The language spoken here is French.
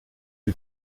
lui